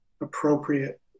appropriate